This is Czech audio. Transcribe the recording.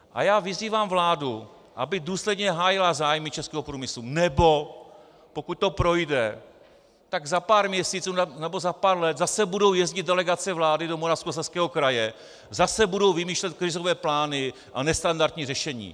A já vyzývám vládu, aby důsledně hájila zájmy českého průmyslu, nebo pokud to projde, tak za pár měsíců nebo za pár let zase budou jezdit delegace vlády do Moravskoslezského kraje, zase budou vymýšlet krizové plány a nestandardní řešení.